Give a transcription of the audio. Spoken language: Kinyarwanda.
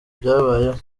byabayeho